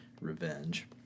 Revenge